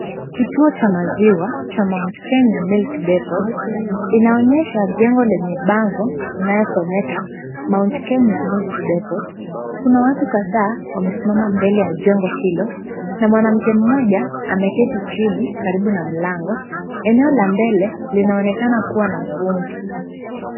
Kituo cha maziwa cha Mount Kenya Milk Depot, inaonyesha jengo lenya bango inayosomeka Mount Kenya Milk Depot. Kuna watu kadhaa wamesimama mbele ya jengo hilo na mwanamke mmoja ameketi chini karibu na mlango. Eneo la mbele linaonekana kuwa na vumbi.